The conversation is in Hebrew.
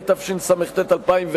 התשס"ט 2009,